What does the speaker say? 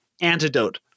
antidote